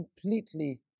completely